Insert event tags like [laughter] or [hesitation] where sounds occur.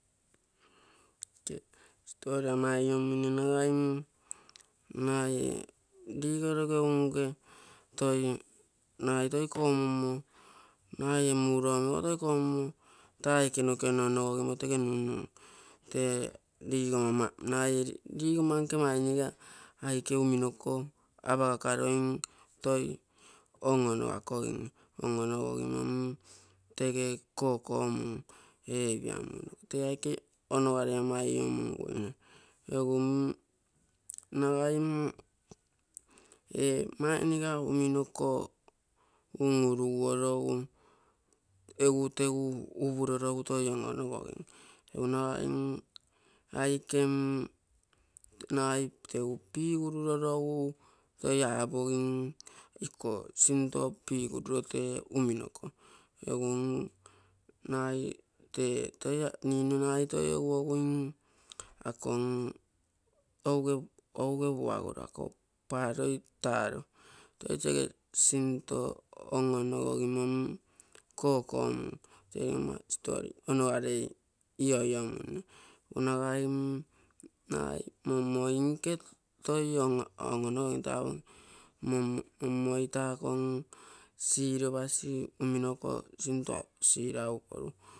[hesitation] stole amainimu malaimu, mai dizeloge unge, twai maelekumumu maimulwa molukomu, tai kino kinono wamwetege nunu, te diuga mamaa, naili diumamaa, naili diimanke maanyiga naikiwa minokoo, aba akaleimu, twai ong'weno wako iyo, ong'wana wainoni, tege kokomu [hesitation] vya munu, teeke ono waleimwayumunu [hesitation] nowaimu [hesitation] mainyiga minoko, umurogalu ughuteghu uvulolo wakoitamanuvoi, [hesitation] aitemu naite upighololou, seya abuni, ikuo sintopigudueke uminoko, ebhunu nai [hesitation] teawowimu, ako [hesitation] owiwaulako pale utaro, tajie sinto ongw'enu uyu mnu kokomu. omu [hesitation] sitoari uno arei, iya aiemu, unowaemu, [hesitation] namoinkechi twai wamwano mtai, [hesitation] nimweitao siriwasi waminoko swinta sirauko.